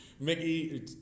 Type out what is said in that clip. Mickey